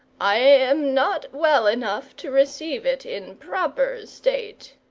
i am not well enough to receive it in proper state.